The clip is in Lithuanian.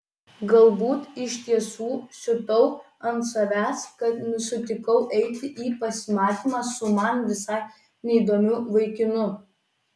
galbūt iš tiesų siutau ant savęs kad sutikau eiti į pasimatymą su man visai neįdomiu vaikinu